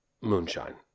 moonshine